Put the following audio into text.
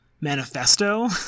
manifesto